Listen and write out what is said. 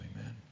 amen